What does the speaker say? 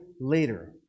later